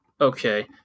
Okay